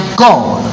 god